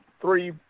three